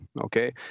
Okay